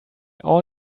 all